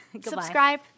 Subscribe